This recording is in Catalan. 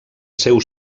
seu